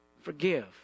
Forgive